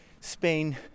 Spain